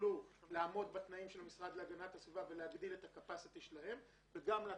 וגם מאפשר להקים חדשים.